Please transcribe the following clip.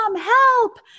help